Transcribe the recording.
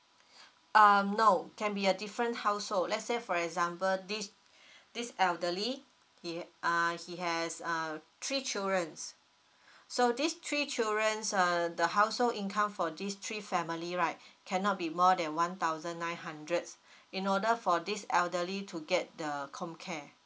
um no can be a different household let's say for example this this elderly he uh he has uh three childrens so these three childrens uh the household income for these three family right cannot be more than one thousand nine hundred in order for this elderly to get the comcare